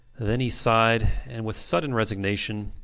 then he sighed, and with sudden resignation